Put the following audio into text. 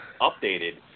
updated